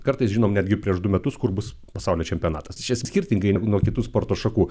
kartais žinom netgi prieš du metus kur bus pasaulio čempionatas šis skirtingai nuo kitų sporto šakų